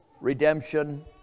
Redemption